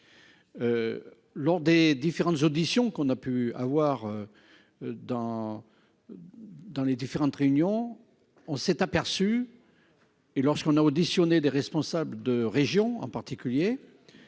Lors des différentes auditions qu'on a pu avoir. Dans. Dans les différentes réunions, on s'est aperçu. Et lorsqu'on a auditionné des responsables de régions en particulier.